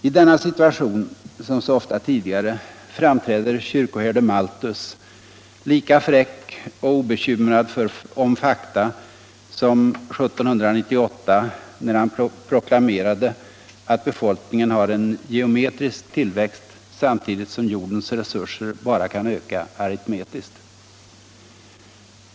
I denna situation, som så ofta tidigare, framträder kyrkoherde Malthus, lika fräck och obekymrad om fakta som 1798, då han hävdade att befolkningen tillväxer I geometrisk progression samtidigt som jordens resurser bara ökar aritmetiskt.